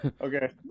Okay